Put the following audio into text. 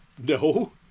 No